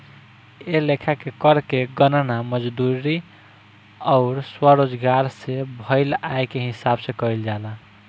ए लेखा के कर के गणना मजदूरी अउर स्वरोजगार से भईल आय के हिसाब से कईल जाला